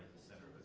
center